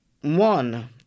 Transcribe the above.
one